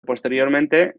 posteriormente